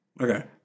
Okay